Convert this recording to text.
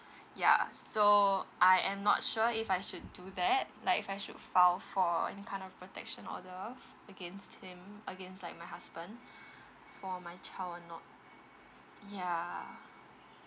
ya so I am not sure if I should do that like if I should file for any kind of protection order against him against like my husband for my child or not ya